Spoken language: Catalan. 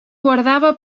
guardava